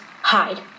hide